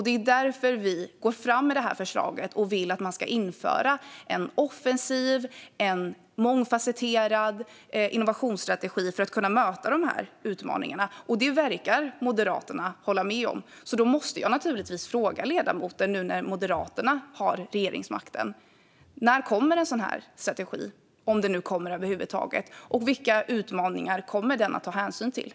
Det är därför vi går fram med det här förslaget och vill att man ska införa en offensiv och mångfasetterad innovationsstrategi för att kunna möta de här utmaningarna. Det verkar Moderaterna hålla med om, så nu när Moderaterna har regeringsmakten måste jag naturligtvis fråga ledamoten: När kommer en sådan här strategi, om den nu kommer över huvud taget, och vilka utmaningar kommer den att ta hänsyn till?